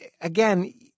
again